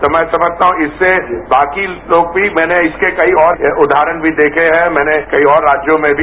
तो मै समझता हूं इससे बाकी लोग भी मैंने इसके और उदाहरण भी देखें हैं कई और राज्यों में भी